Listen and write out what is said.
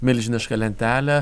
milžinišką lentelę